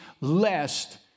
lest